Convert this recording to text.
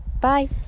bye